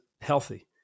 healthy